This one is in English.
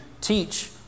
teach